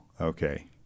okay